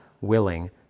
willing